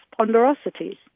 ponderosities